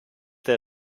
der